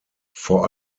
vor